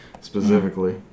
specifically